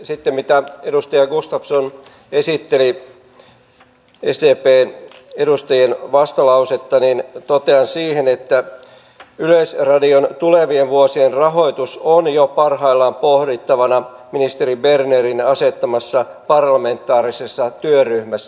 sitten kun edustaja gustafsson esitteli sdpn edustajien vastalausetta niin totean siihen että yleisradion tulevien vuosien rahoitus on jo parhaillaan pohdittavana ministeri bernerin asettamassa parlamentaarisessa työryhmässä